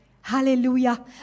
Hallelujah